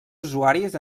usuaris